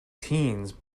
teens